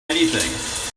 anything